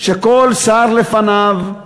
שכל שר לפניו,